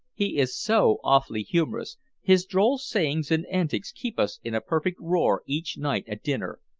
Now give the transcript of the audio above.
he is so awfully humorous his droll sayings and antics keep us in a perfect roar each night at dinner.